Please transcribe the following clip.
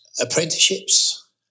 apprenticeships